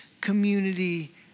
community